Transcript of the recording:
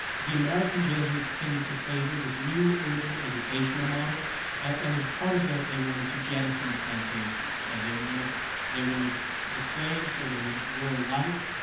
the american jesuits tended to favor this new urban educational model and as part of that they wanted to jettison the plantations. and they wanted they wanted the slaves, they wanted rural life,